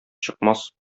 чыкмас